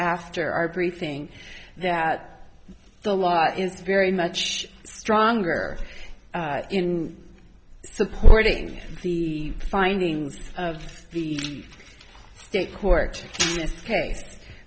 after our very thing that the law is very much stronger in supporting the findings of the state court case